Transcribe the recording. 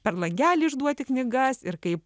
per langelį išduoti knygas ir kaip